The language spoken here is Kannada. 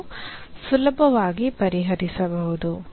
ಅದನ್ನು ಸುಲಭವಾಗಿ ಪರಿಹರಿಸಬಹುದು